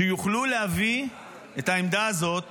שיוכלו להביא את העמדה הזאת